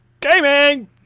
gaming